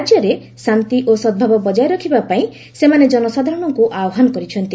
ରାଜ୍ୟରେ ଶାନ୍ତି ଓ ସଦ୍ଭାବ ବଜାୟ ରଖିବାପାଇଁ ସେମାନେ ଜନସାଧାରଣଙ୍କୁ ଆହ୍ୱାନ କରିଛନ୍ତି